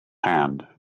hand